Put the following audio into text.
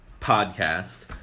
podcast